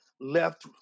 left